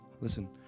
listen